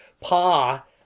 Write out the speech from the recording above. Pa